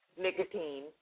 nicotine